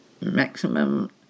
maximum